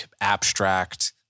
abstract